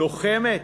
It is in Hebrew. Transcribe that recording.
לוחמת?